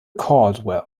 caldwell